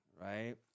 right